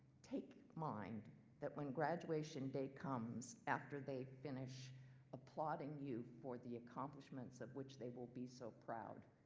take mind that when graduation day comes after they finish applauding you for the accomplishments of which they will be so proud,